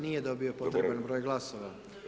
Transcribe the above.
Nije dobio potreban broj glasova.